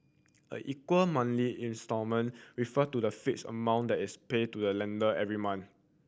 a equated monthly instalment refer to the fixed amount that is paid to a lender every month